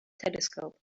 telescope